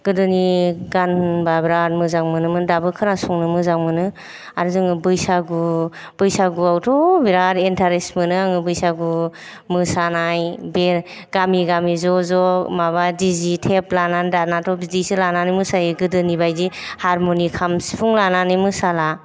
गोदोनि गान होनबा बिराद मोजां मोजां मोनोमोन दाबो खोनासंनो मोजां मोनो आरो जों बैसागु बैसागुआवथ' बिराद इन्तारेस्त मोनो आङो बैसागु मोसानाय बे गामि गामि ज' ज' माबा दि जे थेब लानानै दानाथ' बिदिसो लानानै मोसायो गोदोनि बायदि हारमुनि खाम सिफुं लानानै मोसाला